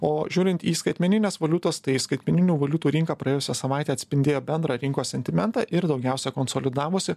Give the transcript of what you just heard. o žiūrint į skaitmeninės valiutos tai skaitmeninių valiutų rinką praėjusią savaitę atspindėjo bendrą rinkos sentimentą ir daugiausiai konsolidavosi